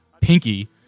Pinky